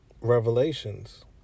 Revelations